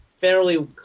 fairly